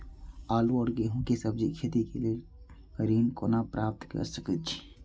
आलू और गेहूं और सब्जी के खेती के लेल ऋण कोना प्राप्त कय सकेत छी?